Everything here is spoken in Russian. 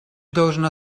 должна